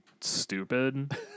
stupid